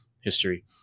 history